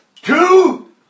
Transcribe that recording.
Two